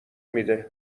میده